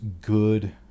good